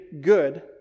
good